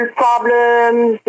problems